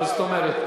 מה זאת אומרת?